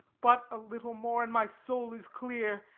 but a little more, and my soul is clear,